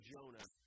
Jonah